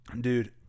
dude